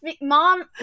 mom